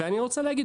ואני רוצה להגיד,